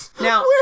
Now-